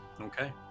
okay